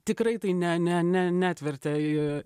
tikrai tai ne ne ne neatvertė į